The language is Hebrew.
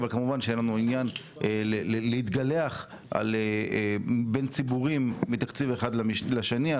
אבל כמובן שאין לנו עניין להתגלח בין ציבוריים מתקציב אחד לשני.